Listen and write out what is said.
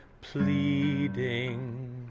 pleading